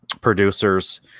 producers